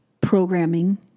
programming